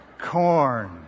corn